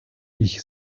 ich